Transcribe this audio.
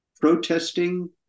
protesting